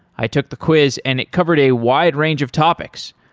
i took the quiz and it covered a wide range of topics,